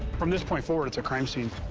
from this point forward, it's a crime scene.